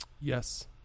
yes